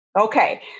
Okay